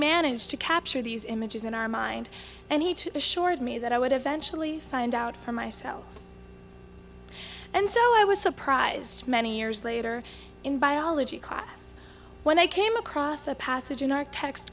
managed to capture these images in our mind and he too assured me that i would eventually find out for myself and so i was surprised many years later in biology class when i came across a passage in our tex